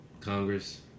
Congress